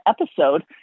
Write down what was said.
episode